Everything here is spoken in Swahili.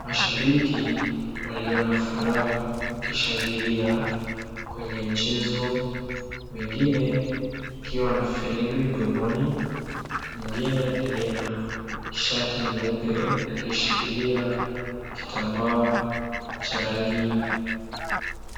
Mashabiki walio na furaha wakishangilia kwenye mchezo wengine wakiwa na firimbi mdomoni mwengine aliye na shati nyeupe akishikilia kitambaa cha rangi